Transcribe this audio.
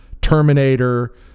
Terminator